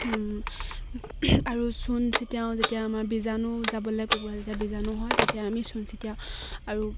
আৰু চূণ ছটিয়াও যেতিয়া আমাৰ বীজাণু যাবলে কুকুৰাৰ যেতিয়া বীজাণু হয় তেতিয়া আমি চূণ ছটিয়াও আৰু